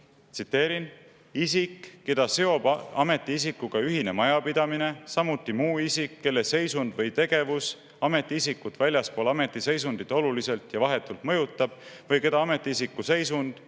tsiteerin: "isik, keda seob ametiisikuga ühine majapidamine, samuti muu isik, kelle seisund või tegevus ametiisikut väljaspool ametiseisundit oluliselt ja vahetult mõjutab või keda ametiisiku seisund